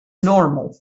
normal